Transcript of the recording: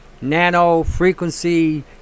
nano-frequency